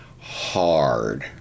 hard